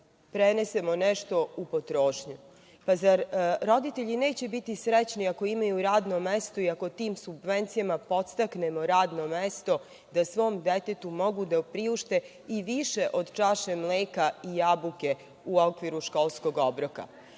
prenesemo nešto u potrošnju. Zar roditelji neće biti srećni ako imaju radno mesto i ako tim subvencijama podstaknemo radno mesto, da svom detetu mogu da priušte i više od čaše mleka i jabuke u okviru školskog obroka? Druga